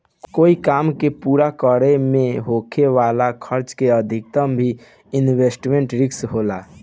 कोई काम के पूरा करे में होखे वाला खर्चा के अधिकता भी इन्वेस्टमेंट रिस्क होला